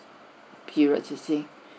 period you see